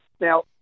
Now